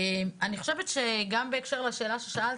אני חושבת שגם בהקשר לשאלה ששאלת,